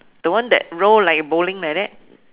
the one that roll like bowling like that